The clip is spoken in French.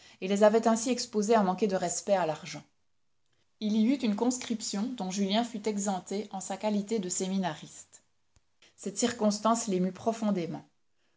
et les avait ainsi exposés à manquer de respect à l'argent il y eut une conscription dont julien fut exempté en sa qualité de séminariste cette circonstance l'émut profondément